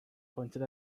pointed